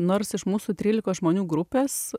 nors iš mūsų trylikos žmonių grupės